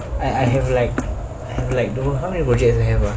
I I have like I have like how many projects do I have ah